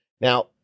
Now